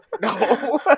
No